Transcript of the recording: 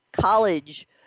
college